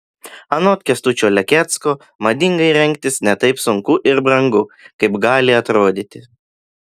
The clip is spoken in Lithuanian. anot kęstučio lekecko madingai rengtis ne taip sunku ir brangu kaip gali atrodyti